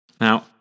Now